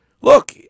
look